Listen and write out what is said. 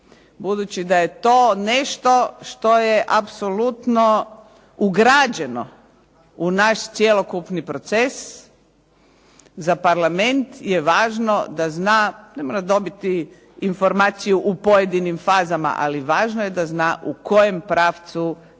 budući da je to nešto što je apsolutno ugrađeno u naš cjelokupni proces. Za parlament je važno da zna ne mora dobiti informaciju u pojedinim fazama ali važno je da zna u kojem pravcu